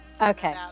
Okay